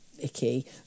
icky